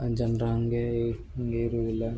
ಜನ್ರಾಂಗೇ ಹೀಗೆ ಇರುದಿಲ್ಲ